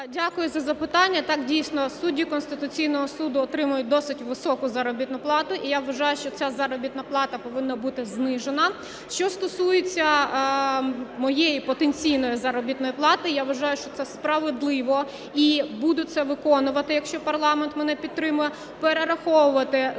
Дякую за запитання. Так, дійсно, судді Конституційного Суду отримують досить високу заробітну плату і я вважаю, що ця заробітна плата повинна бути знижена. Що стосується моєї потенційної заробітної плати, я вважаю, що це справедливо і буду це виконувати, якщо парламент мене підтримає, перераховувати значну